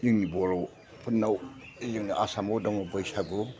जोंनि बर'फोरनाव जोंनि आसामाव दङ बैसागु